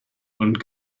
und